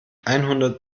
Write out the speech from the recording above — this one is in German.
einhundert